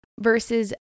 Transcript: versus